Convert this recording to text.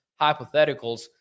hypotheticals